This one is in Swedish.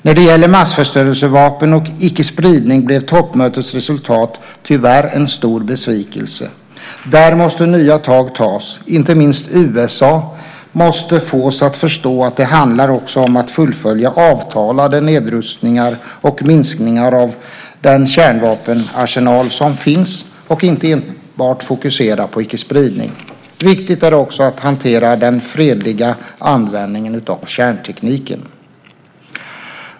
När det gäller massförstörelsevapen och icke-spridning blev toppmötets resultat tyvärr en stor besvikelse. Där måste nya tag tas. Inte minst USA måste fås att förstå att det också handlar om att fullfölja avtalade nedrustningar och minskningar av den kärnvapenarsenal som finns och inte enbart fokusera på icke-spridning. Viktigt är också att hantera den fredliga användningen av kärntekniken.